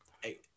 Hey